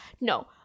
no